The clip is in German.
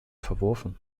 verworfen